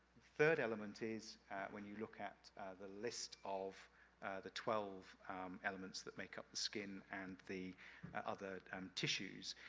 third element is when you look at the list of the twelve elements that make up the skin and the other um tissues.